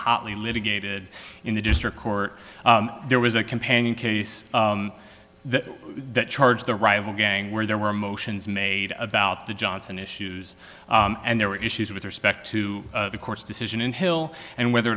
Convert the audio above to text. hotly litigated in the district court there was a companion case that charged the rival gang where there were motions made about the johnson issues and there were issues with respect to the court's decision in hill and whether